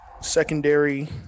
Secondary